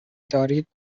دارید